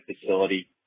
facility